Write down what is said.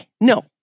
no